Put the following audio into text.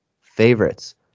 favorites